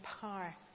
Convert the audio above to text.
power